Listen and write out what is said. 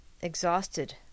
exhausted